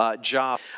job